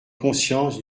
conscience